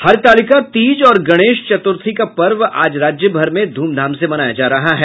हरितालिका तीज और गणेश चतुर्थी का पर्व आज राज्यभर में धूमधाम से मनाया जा रहा है